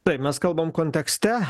taip mes kalbam kontekste